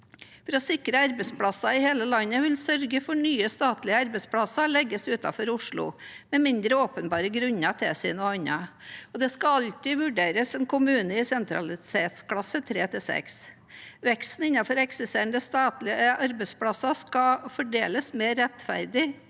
For å sikre arbeidsplasser i hele landet vil vi sørge for at nye statlige arbeidsplasser legges utenfor Oslo, med mindre åpenbare grunner tilsier noe annet, og det skal alltid vurderes i kommuner i sentralitetsklasse 3–6. Veksten innenfor eksisterende statlige arbeidsplasser skal fordeles mer rettferdig